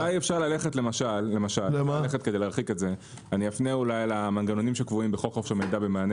אולי אפשר ללכת למשל - אפנה אולי למנגנונים שקבועים בחוק חופש המידע במענה